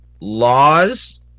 laws